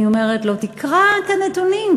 אני אומרת לו: תקראו את הנתונים,